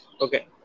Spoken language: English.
Okay